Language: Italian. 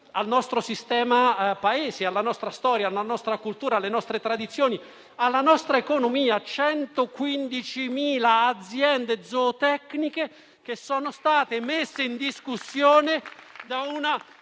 al nostro sistema Paese, alla nostra storia, alla nostra cultura, alle nostre tradizioni e alla nostra economia. 115.000 aziende zootecniche sono state messe in discussione da una